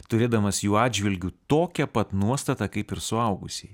turėdamas jų atžvilgiu tokią pat nuostatą kaip ir suaugusieji